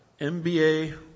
MBA